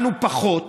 השקענו פחות.